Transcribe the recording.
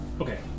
Okay